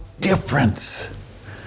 difference